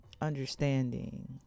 understanding